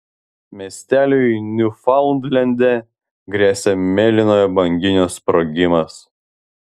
miesteliui niufaundlende gresia mėlynojo banginio sprogimas